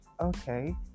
Okay